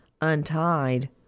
untied